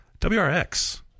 WRX